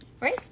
Right